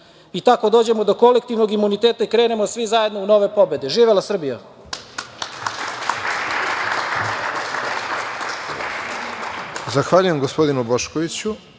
i tako dođemo do kolektivnog imuniteta i krenemo svi zajedno u nove pobede. Živela Srbija!